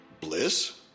Bliss